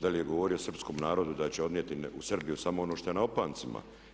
Da li je govorio srpskom narodu da će odnijeti u Srbiju samo ono šta je na opancima.